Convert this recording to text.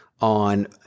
on